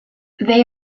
they